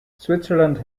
switzerland